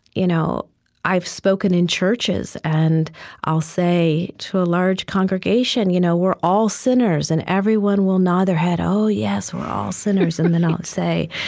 you know i've spoken in churches and i'll say to a large congregation, you know we're all sinners. and everyone will nod their head, oh, yes, we're all sinners. and then i'll say,